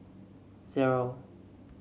zero